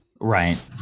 right